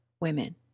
women